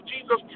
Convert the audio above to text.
Jesus